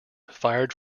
fired